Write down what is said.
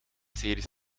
series